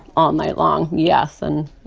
all night long. yes. and.